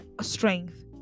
strength